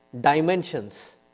dimensions